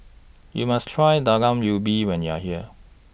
YOU must Try Talam Ubi when YOU Are here